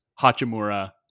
Hachimura